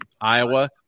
Iowa